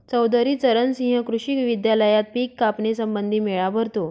चौधरी चरण सिंह कृषी विद्यालयात पिक कापणी संबंधी मेळा भरतो